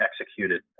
executed